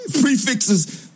prefixes